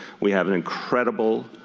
we have an incredible